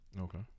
Okay